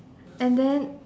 and then